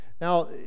Now